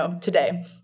today